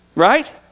Right